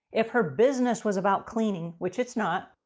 if her business was about cleaning, which it's not.